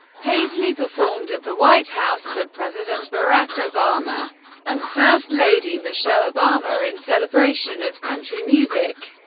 paisley performed at the white house for president barack obama and first lady michelle obama in celebration of country music.